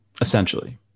essentially